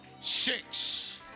six